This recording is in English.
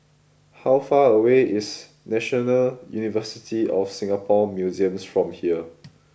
how far away is National University of Singapore Museums from here